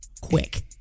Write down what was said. Quick